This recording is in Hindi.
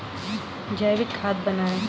जैविक खाद कैसे बनाएँ?